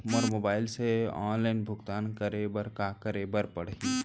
मोला मोबाइल से ऑनलाइन भुगतान करे बर का करे बर पड़ही?